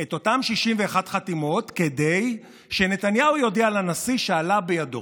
את אותן 61 חתימות כדי שנתניהו יודיע לנשיא שעלה בידו.